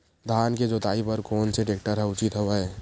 धान के जोताई बर कोन से टेक्टर ह उचित हवय?